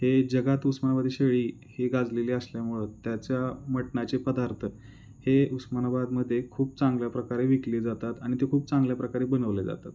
हे जगात उस्मानाबादी शेळी हे गाजलेली असल्यामुळं त्याच्या मटणाचे पदार्थ हे उस्मानाबादमध्ये खूप चांगल्या प्रकारे विकले जातात आणि ते खूप चांगल्या प्रकारे बनवले जातात